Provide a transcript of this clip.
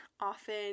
often